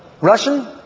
Russian